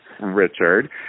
Richard